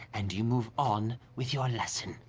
and you move on with your lesson.